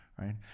right